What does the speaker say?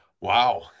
Wow